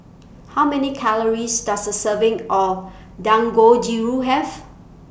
How Many Calories Does A Serving of Dangojiru Have